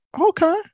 Okay